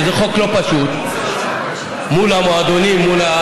זה חוק לא פשוט מול המועדונים,